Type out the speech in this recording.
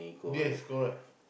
yes correct